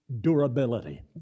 durability